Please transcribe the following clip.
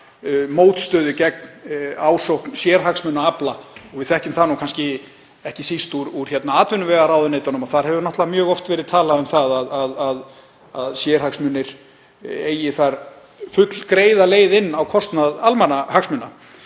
mótstöðu gegn ásókn sérhagsmunaafla. Við þekkjum það kannski ekki síst úr atvinnuvegaráðuneytunum. Þar hefur náttúrlega mjög oft verið talað um að sérhagsmunir eigi þar fullgreiða leið inn á kostnað almannahagsmuna.